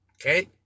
Okay